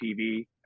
TV